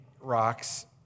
rocks